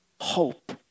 hope